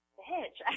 bitch